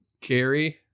carrie